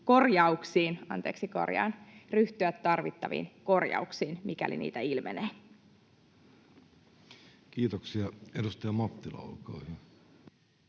ryhtyä tarvittaviin korjauksiin, mikäli niitä ilmenee. Kiitoksia. — Edustaja Mattila, olkaa hyvä.